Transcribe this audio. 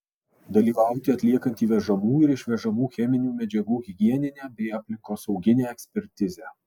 dalyvauti atliekant įvežamų ir išvežamų cheminių medžiagų higieninę bei aplinkosauginę ekspertizę